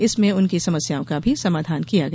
इसमें उनकी समस्याओं का भी समाधान किया गया